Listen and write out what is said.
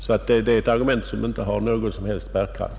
Herr Svedbergs argument har alltså inte någon som helst bärkraft.